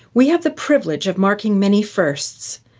we have the privilege of marking many firsts.